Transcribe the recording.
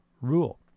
rule